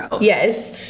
Yes